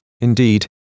indeed